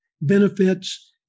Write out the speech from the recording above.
benefits